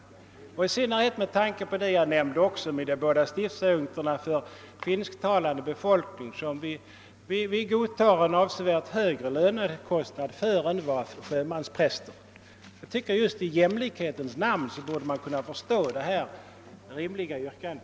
Detta gäller också, såsom jag nämnde, de båda nya stiftsadjunkturer för den finsktalande befolkningen, för vilka vi godtar en avsevärt högre lönekostnad än för våra sjömanspräster. I jämlikhetens intresse borde man kunna ha förståelse för det rimliga i mitt yrkande.